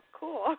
cool